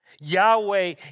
Yahweh